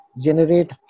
generate